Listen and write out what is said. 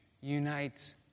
unites